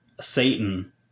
Satan